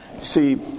See